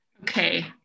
Okay